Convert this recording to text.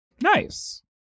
Nice